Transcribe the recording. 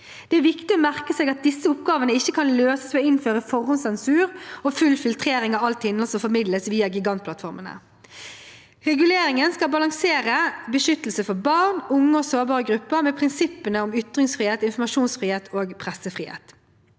Det er viktig å merke seg at disse oppgavene ikke kan løses ved å innføre forhåndssensur og full filtrering av alt innhold som formidles via gigantplattformene. Reguleringen skal balansere beskyttelse for barn, unge og sårbare grupper med prinsippene om ytringsfrihet, informasjonsfrihet og pressefrihet.